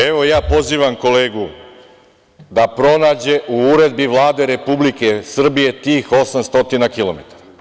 Evo, ja pozivam kolegu da pronađe u uredbi Vlade Republike Srbije tih 800 kilometara.